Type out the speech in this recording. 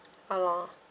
ya lor